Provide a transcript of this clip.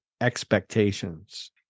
expectations